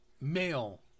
male